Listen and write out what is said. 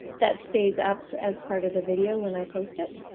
that stays up as part of the video when i post it?